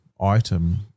item